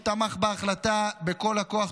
שתמך בהצעה בכל הכוח.